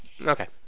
Okay